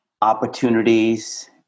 opportunities